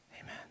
Amen